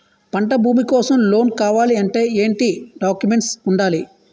పంట భూమి కోసం లోన్ కావాలి అంటే ఏంటి డాక్యుమెంట్స్ ఉండాలి?